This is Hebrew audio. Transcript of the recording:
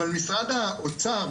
אבל משרד האוצר,